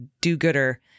do-gooder